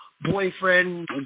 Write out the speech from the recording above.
boyfriend